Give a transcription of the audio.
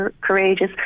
courageous